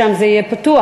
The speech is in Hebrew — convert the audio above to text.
שם זה יהיה פתוח?